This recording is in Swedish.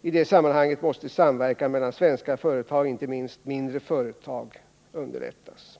I detta sammanhang måste samverkan mellan svenska företag, inte minst mindre företag, underlättas.